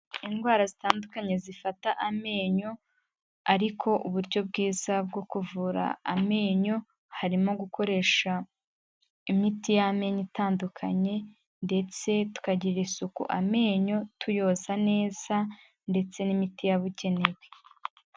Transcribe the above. Indwara zitandukanye zifata amenyo ariko uburyo bwiza bwo kuvura amenyo, harimo gukoresha imiti y'amenyo itandukanye ndetse tukagira isuku amenyo tuyoza neza ndetse n'imiti yabugenewe.